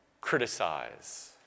criticize